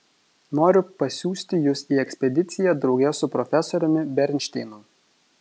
noriu pasiųsti jus į ekspediciją drauge su profesoriumi bernšteinu